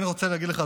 אני רוצה להגיד לך,